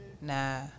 Nah